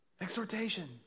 Exhortation